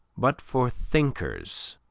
but for thinkers,